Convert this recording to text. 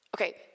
Okay